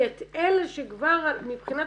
כי את אלה שכבר מבחינת